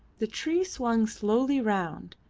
the tree swung slowly round,